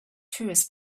tourists